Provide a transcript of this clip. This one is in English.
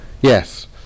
Yes